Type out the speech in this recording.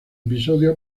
episodio